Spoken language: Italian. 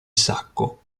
sacco